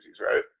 right